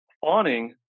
Fawning